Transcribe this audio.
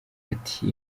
ati